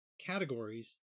categories